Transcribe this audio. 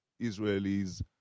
Israelis